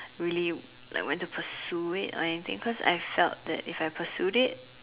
really like want to pursue it or anything cause I felt that if I pursued it